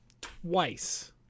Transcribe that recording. twice